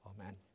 Amen